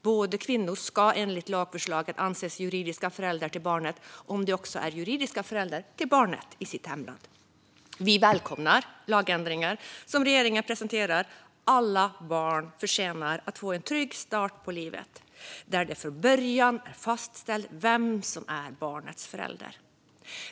Båda kvinnorna ska enligt lagförslaget anses som juridiska föräldrar till barnet om de är juridiska föräldrar till barnet i sitt hemland. Vi välkomnar de lagändringar som regeringen presenterar. Alla barn förtjänar att få en trygg start i livet, och det bör från början vara fastställt vem som är barnets föräldrar.